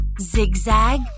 zigzag